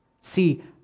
See